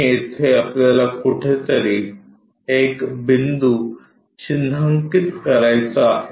येथे आपल्याला कुठेतरी एक बिंदू चिन्हांकित करायचा आहे